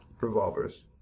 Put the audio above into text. revolvers